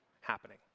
happening